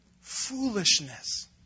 Foolishness